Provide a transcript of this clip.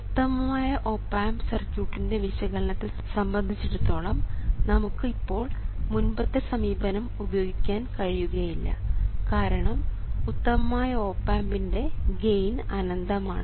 ഉത്തമമായ op amp സർക്യൂട്ടിൻറെ വിശകലനത്തെ സംബന്ധിച്ചിടത്തോളം നമുക്ക് ഇപ്പോൾ മുൻപത്തെ സമീപനം ഉപയോഗിക്കാൻ കഴിയുകയില്ല കാരണം ഉത്തമമായ ഓപ് ആമ്പിൻറെ ഗെയിൻ അനന്തമാണ്